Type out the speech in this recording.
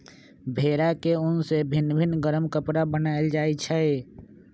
भेड़ा के उन से भिन भिन् गरम कपरा बनाएल जाइ छै